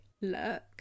look